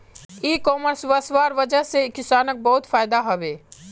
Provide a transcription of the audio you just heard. इ कॉमर्स वस्वार वजह से किसानक बहुत फायदा हबे